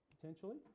potentially